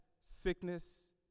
sickness